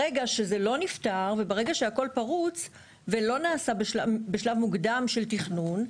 ברגע שזה לא נפתר וברגע שהכל פרוץ ולא נעשה בשלב מקודם של תכנון,